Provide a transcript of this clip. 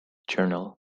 journal